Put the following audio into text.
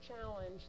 challenge